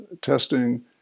testing